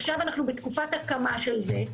עכשיו אנחנו בתקופת הקמה של זה,